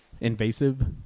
invasive